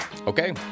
Okay